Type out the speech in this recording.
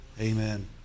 Amen